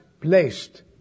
placed